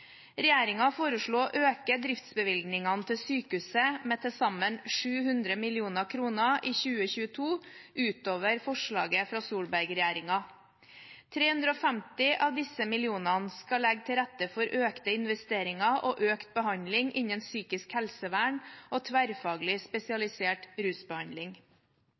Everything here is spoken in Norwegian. å øke driftsbevilgningene til sykehusene med til sammen 700 mill. kr i 2022 utover forslaget fra Solberg-regjeringen. 350 av disse millionene skal legge til rette for økte investeringer og økt behandling innen psykisk helsevern og tverrfaglig spesialisert rusbehandling.